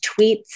tweets